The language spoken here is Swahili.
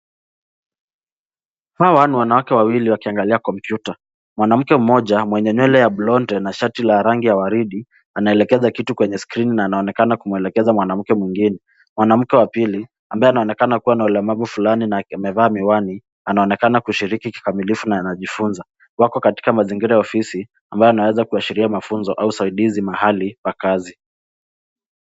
Hawa ni wanawake wawili wakiangalia kompyuta. Mwanamke mmoja mwenye nywele ya blonde na shati la waridi , anaelekeza kitu kwenye screen na anaonekana kumelekeza mwanamke mwengine, Mwanamke wa pili, ambaye anaonekana kuwa na ulemavu flani na amevaa miwani, anaonekana kushiriki kikamilifu na anajifunza. Wako katika mazingira ya ofisi ambayo yanaweza kuashiria mafunzo au usaidizi mahali pa kazi.